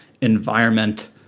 environment